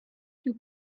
two